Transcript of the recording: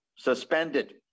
Suspended